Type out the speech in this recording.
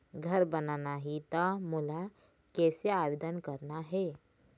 घर बनाना ही त मोला कैसे आवेदन करना हे?